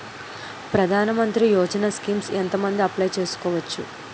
ప్రధాన మంత్రి యోజన స్కీమ్స్ ఎంత మంది అప్లయ్ చేసుకోవచ్చు?